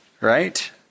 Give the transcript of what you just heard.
right